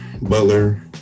Butler